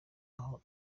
aho